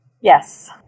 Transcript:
Yes